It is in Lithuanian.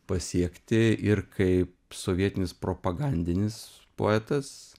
pasiekti ir kaip sovietinis propagandinis poetas